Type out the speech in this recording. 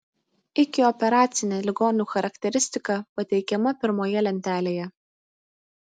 ikioperacinė ligonių charakteristika pateikiama pirmoje lentelėje